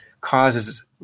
causes